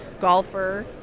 golfer